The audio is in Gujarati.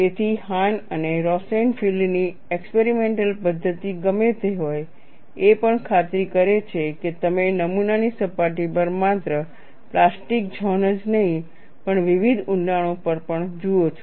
તેથી હાન અને રોસેનફિલ્ડ ની એક્સપેરિમેન્ટલ પદ્ધતિ ગમે તે હોય એ પણ ખાતરી કરે છે કે તમે નમુનાની સપાટી પર માત્ર પ્લાસ્ટિક ઝોન જ નહીં પણ વિવિધ ઊંડાણો પર પણ જુઓ છો